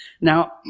Now